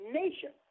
nation